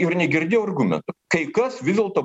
ir negirdėjau argumentų kai kas vis dėlto